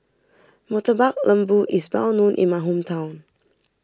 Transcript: Murtabak Lembu is well known in my hometown